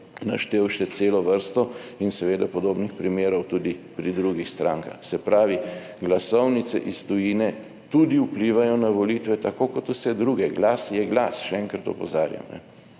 naštel še celo vrsto in seveda podobnih primerov tudi pri drugih strankah. Se pravi, glasovnice iz tujine tudi vplivajo na volitve, tako kot vse druge, glas je glas, še enkrat opozarja.